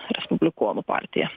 respublikonų partija